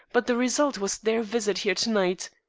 but the result was their visit here to-night.